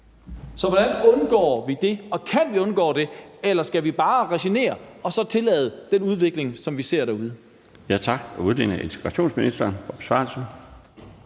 Så hvordan undgår vi det, og kan vi undgå det? Eller skal vi bare resignere og så tillade den udvikling, som vi ser derude?